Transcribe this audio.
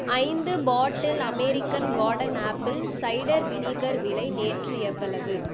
ஐந்து bottle American garden apple cider vinegar விலை நேற்று எவ்வளவு